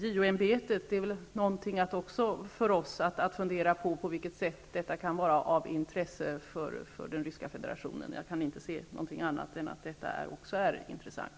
Vi kan också fundera över på vilket sätt JO ämbetet kan vara av intresse för den ryska federationen. Jag kan inte se annat än att detta också är intressant.